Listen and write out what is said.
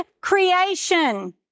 creation